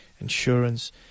insurance